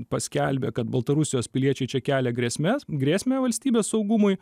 paskelbė kad baltarusijos piliečiai čia kelia grėsmes grėsmę valstybės saugumui